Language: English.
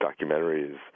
documentaries